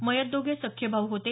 मयत दोघे सख्खे भाऊ होते